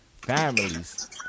families